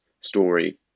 story